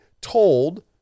told